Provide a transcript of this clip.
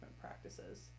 practices